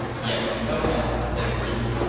yes, i know that, said the chief.